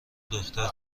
دختر